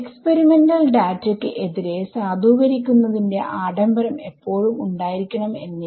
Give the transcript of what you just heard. experimental ഡാറ്റക്ക് എതിരെ സധൂകരിക്കുന്നതിന്റെ ആഡംബരം എപ്പോഴും ഉണ്ടായിരിക്കണം എന്നില്ല